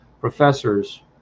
professors